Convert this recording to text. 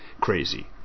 crazy